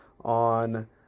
on